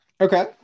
Okay